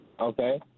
Okay